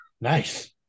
Nice